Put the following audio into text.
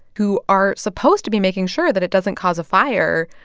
who are supposed to be making sure that it doesn't cause a fire,